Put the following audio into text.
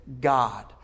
God